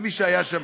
מי שהיה שם,